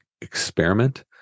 experiment